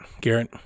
Garrett